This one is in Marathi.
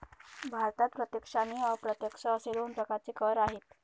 भारतात प्रत्यक्ष आणि अप्रत्यक्ष असे दोन प्रकारचे कर आहेत